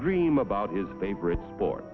dream about his favorite sport